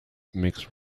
makes